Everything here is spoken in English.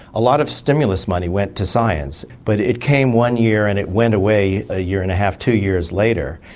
a lot of stimulus money went to science, but it came one year and it went away a year and a half, two years later.